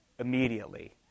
immediately